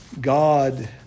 God